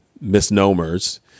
misnomers